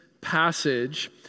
passage